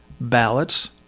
ballots